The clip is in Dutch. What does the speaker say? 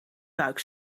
buik